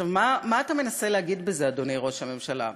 עכשיו, מה אתה מנסה להגיד בזה, אדוני ראש הממשלה?